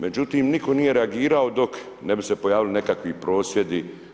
Međutim nitko nije reagirao dok ne bi se pojavili nekakvi prosvjedi.